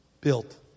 built